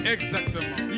Exactement